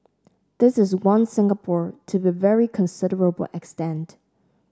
this is one Singapore to be a very considerable extent